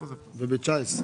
וב-2019.